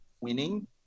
winning